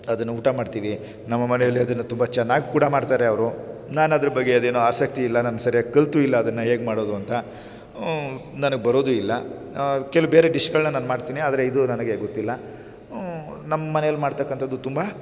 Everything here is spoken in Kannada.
ಅದನ್ನ ಊಟ ಮಾಡ್ತೀವಿ ನಮ್ಮ ಮನೆಯಲ್ಲಿ ಅದನ್ನ ತುಂಬ ಚೆನ್ನಾಗ್ ಕೂಡ ಮಾಡ್ತಾರೆ ಅವರು ನಾನದ್ರ ಬಗ್ಗೆ ಅದೇನೋ ಆಸಕ್ತಿ ಇಲ್ಲ ನಾನು ಸರಿಯಾಗ್ ಕಲಿತೂ ಇಲ್ಲ ಅದನ್ನ ಹೇಗೆ ಮಾಡೋದು ಅಂತ ನನಗೆ ಬರೋದೂ ಇಲ್ಲ ಕೆಲವು ಬೇರೆ ಡಿಷ್ಗಳನ್ನ ನಾನು ಮಾಡ್ತೀನಿ ಆದರೆ ಇದು ನನಗೆ ಗೊತ್ತಿಲ್ಲ ನಮ್ಮ ಮನೆಯಲ್ ಮಾಡ್ತಕ್ಕಂಥದ್ದು ತುಂಬ